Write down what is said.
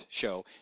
show